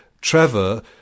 Trevor